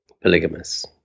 polygamous